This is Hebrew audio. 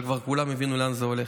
אבל כבר כולם הבינו לאן זה הולך.